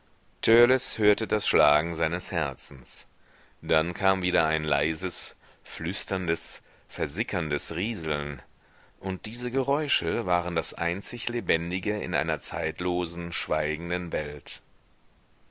hörte das schlagen seines herzens dann kam wieder ein leises flüsterndes versickerndes rieseln und diese geräusche waren das einzig lebendige in einer zeitlosen schweigenden welt